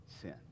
sin